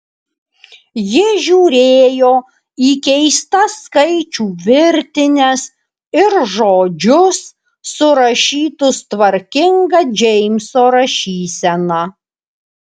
ji žiūrėjo į keistas skaičių virtines ir žodžius surašytus tvarkinga džeimso rašysena